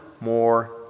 more